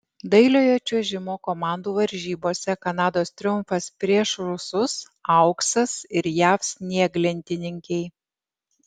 dailiojo čiuožimo komandų varžybose kanados triumfas prieš rusus auksas ir jav snieglentininkei